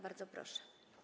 Bardzo proszę.